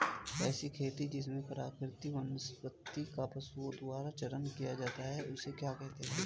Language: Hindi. ऐसी खेती जिसमें प्राकृतिक वनस्पति का पशुओं द्वारा चारण किया जाता है उसे क्या कहते हैं?